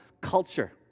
culture